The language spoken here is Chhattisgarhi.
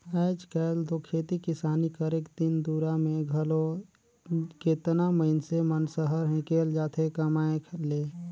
आएज काएल दो खेती किसानी करेक दिन दुरा में घलो केतना मइनसे मन सहर हिंकेल जाथें कमाए ले